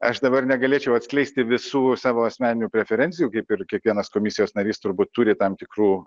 aš dabar negalėčiau atskleisti visų savo asmeninių preferencijų kaip ir kiekvienas komisijos narys turbūt turi tam tikrų